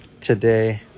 today